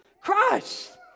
Christ